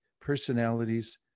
personalities